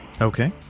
Okay